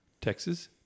Texas